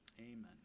Amen